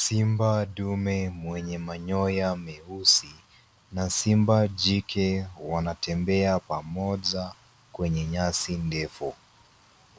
Simba dume mwenye manyoya meusi, na simba jike wanatembea pamoja kwenye nyasi ndefu.